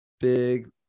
big